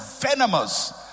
venomous